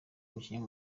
umukinnyi